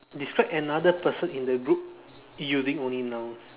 describe another person in the group using only nouns